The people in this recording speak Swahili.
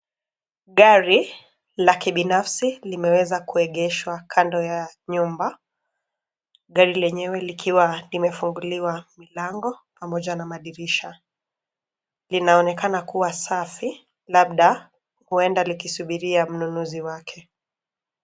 Gari la kibinafsi limeweza kuegeshwa kando ya nyumba. Gari lenyewe likiwa limefunguliwa milango pamoja na madirisha. Linaonekana kuwa safi, labda huenda likisubiria mnunuzi wake.